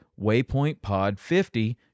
WaypointPod50